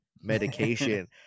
medication